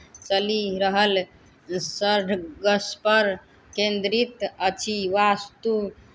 चलि रहल सडगसपर केन्द्रित अछि वास्तु